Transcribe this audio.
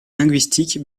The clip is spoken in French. linguistique